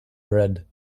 bread